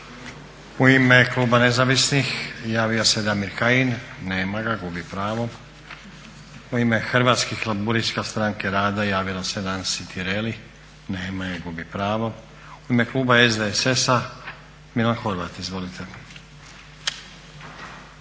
U ime kluba Nezavisnih javio se Damir Kajin. Nema ga, gubi pravo. U ime Hrvatskih laburista-Stranke rada javila se Nansi Tireli. Nema je, gubi pravo. U ime kluba SDSS-a Milan Horvat, izvolite.